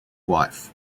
wife